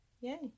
Yay